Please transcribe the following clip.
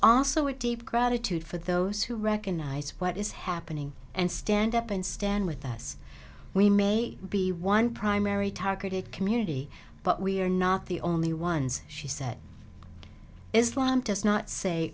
also a deep gratitude for those who recognize what is happening and stand up and stand with us we may be one primary target community but we are not the only ones she said islam does not say